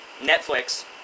Netflix